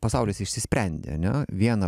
pasaulis išsisprendė ane vieną